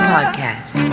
Podcast